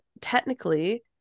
technically